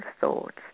thoughts